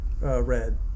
red